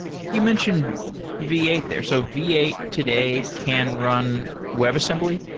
you mentioned v eight there. so v eight today can run web assembly?